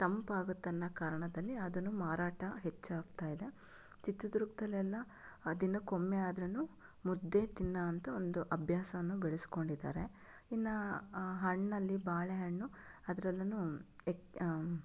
ತಂಪಾಗುತ್ತೆ ಅನ್ನೋ ಕಾರಣದಲ್ಲಿ ಅದನ್ನು ಮಾರಾಟ ಹೆಚ್ಚಾಗ್ತಾ ಇದೆ ಚಿತ್ರದುರ್ಗದಲ್ಲೆಲ್ಲ ದಿನಕ್ಕೊಮ್ಮೆಯಾದರೂನು ಮುದ್ದೆ ತಿನ್ನೊ ಅಂಥ ಒಂದು ಅಭ್ಯಾಸಾನ ಬೆಳೆಸ್ಕೊಂಡಿದ್ದಾರೆ ಇನ್ನು ಹಣ್ಣಲ್ಲಿ ಬಾಳೆಹಣ್ಣು ಅದರಲ್ಲೂನೂ ಎಕ್